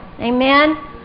Amen